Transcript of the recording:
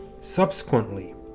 Subsequently